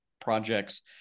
projects